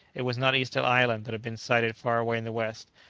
it was not easter island that had been sighted far away in the west!